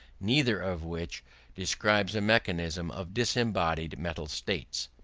neither of which describes a mechanism of disembodied mental states,